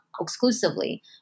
exclusively